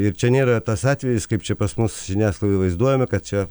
ir čia nėra tas atvejis kaip čia pas mus žiniasklaidoj vaizduojame kad čia